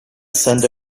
sent